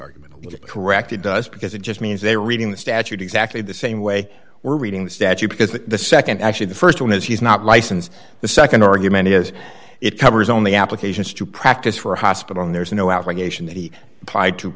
argument correct it does because it just means they are reading the statute exactly the same way we're reading the statute because the nd actually the st one is he's not licensed the nd argument is it covers only applications to practice for a hospital and there's no allegation that he applied to